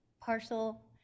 parcel